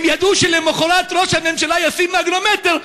הם ידעו שלמחרת ראש הממשלה ישים מגנומטר,